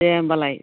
दे होमबालाय